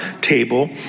table